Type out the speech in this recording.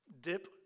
dip